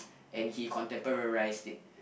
and he contemporize it